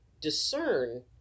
discern